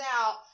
out